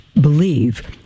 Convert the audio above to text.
believe